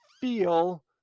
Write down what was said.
feel